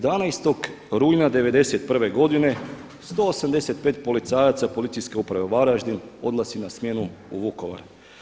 11. rujna 1991. godine 185 policajaca Policijske uprave Varaždin odlazi na smjenu u Vukovar.